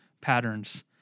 patterns